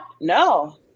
No